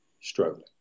struggling